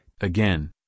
again